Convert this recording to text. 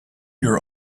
your